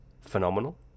phenomenal